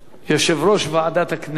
יושב-ראש ועדת הכנסת.